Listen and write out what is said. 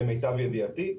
למיטב ידיעתי,